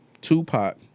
Tupac